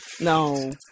No